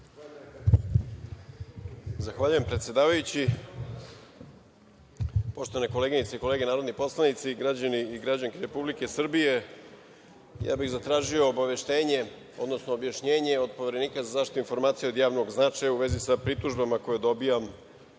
Zahvaljujem predsedavajući. Poštovane koleginice i kolege narodni poslanici, građani i građanke Republike Srbije. Zatražio bih obaveštenje, odnosno objašnjenje od Poverenika za zaštitu informacija od javnog značaja, u vezi sa pritužbama koje dobijam